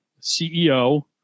CEO